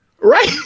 Right